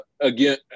again